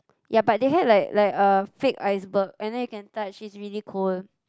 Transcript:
ya but they had like like a fake iceberg and then you can touch it's really cold